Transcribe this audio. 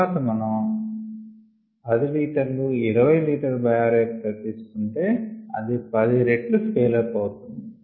తర్వాత మనం 10 20 litre bioreactor తీసుకుంటే అది 10 రేట్లు స్కెల్ అప్ అవుతుంది